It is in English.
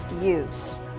use